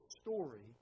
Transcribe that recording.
story